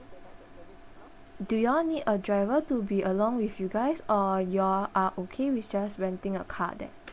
do you all need a driver to be along with you guys or you all are okay with just renting a car there